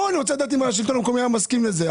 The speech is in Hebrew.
אני רוצה לדעת האם השלטון המקומי היה מסכים לזה.